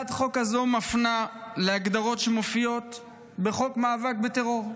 הצעת החוק הזאת מפנה להגדרות שמופיעות בחוק המאבק בטרור.